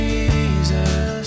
Jesus